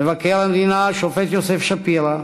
מבקר המדינה השופט יוסף שפירא,